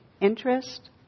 Interest